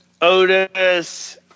Otis